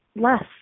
less